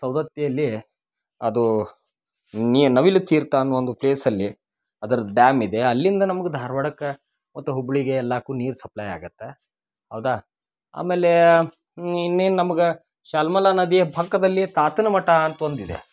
ಸವ್ದತ್ತಿಯಲ್ಲಿ ಅದು ನವಿಲು ಚೀರ್ತಾ ಅನ್ನುವ ಒಂದು ಪ್ಲೇಸಲ್ಲಿ ಅದರ ಡ್ಯಾಮ್ ಇದೆ ಅಲ್ಲಿಂದ ನಮ್ಗೆ ಧಾರ್ವಾಡಕ್ಕ ಮತ್ತು ಹುಬ್ಳಿಗೆ ಎಲ್ಲಾಕ್ಕು ನೀರು ಸಪ್ಲೈ ಆಗತ್ತ ಹೌದಾ ಆಮೇಲೆ ಇನ್ನೇನು ನಮ್ಗೆ ಶಾಲ್ಮಲ ನದಿಯ ಪಕ್ಕದಲ್ಲಿ ತಾತನ ಮಠ ಅಂತ ಒಂದಿದೆ